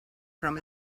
from